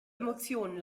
emotionen